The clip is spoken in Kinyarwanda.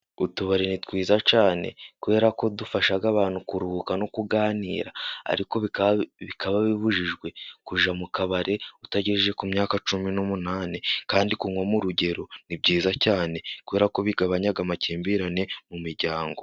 Utubari ni twiza cyane, kubera ko dufasha abantu kuruhuka, no kuganira, ariko bikaba bibujijwe kujya mu kabari, utagejeje ku myaka cumi n'umunani, kandi kunywa mu rugero ni byiza cyane, kubera ko bigabanya amakimbirane mu miryango.